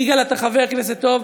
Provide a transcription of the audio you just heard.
יגאל, אתה חבר כנסת טוב.